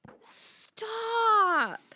stop